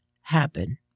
happen